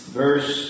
verse